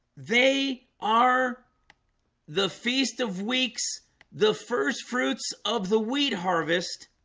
they are the feast of weeks the first fruits of the wheat harvest